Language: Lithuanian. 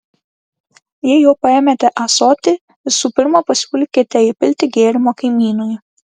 jei jau paėmėte ąsotį visų pirma pasiūlykite įpilti gėrimo kaimynui